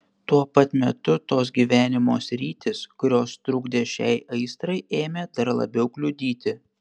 tuo pat metu tos gyvenimo sritys kurios trukdė šiai aistrai ėmė dar labiau kliudyti